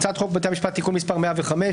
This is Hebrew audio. הצעת חוק בתי המשפט (תיקון מס' 105),